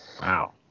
wow